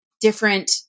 different